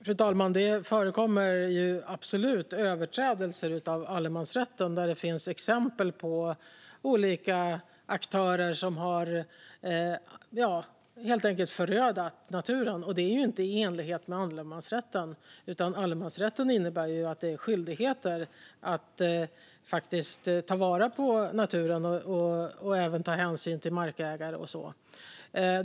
Fru talman! Det förekommer absolut överträdelser av allemansrätten. Det finns exempel på olika aktörer som helt enkelt har förött naturen, och det är inte i enlighet med allemansrätten, utan allemansrätten innebär en skyldighet att faktiskt ta vara på naturen och även ta hänsyn till markägare och så vidare.